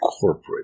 corporate